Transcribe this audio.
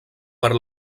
per